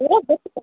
थोरा घटि कयो